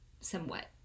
somewhat